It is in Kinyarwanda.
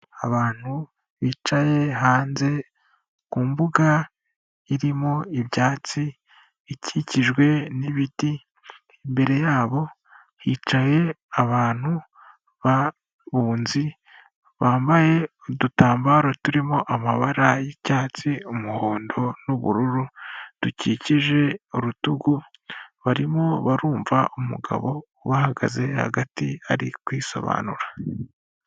Abantu bicaye hanze ku mbuga irimo ibyatsi bikikijwe n'ibiti, imbere yabo hicaye abantu babunzi bambaye udutambaro turimo amabara y'icyatsi, umuhondo n'ubururu dukikije urutugu barimo barumva umugabo ubahagaze hagati ari kwisobanura.